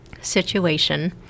situation